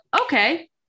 okay